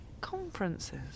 Conferences